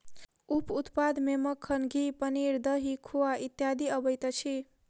उप उत्पाद मे मक्खन, घी, पनीर, दही, खोआ इत्यादि अबैत अछि